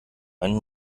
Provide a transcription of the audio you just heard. einen